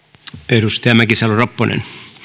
edustaja mäkisalo ropponen